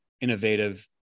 innovative